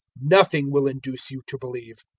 nothing will induce you to believe.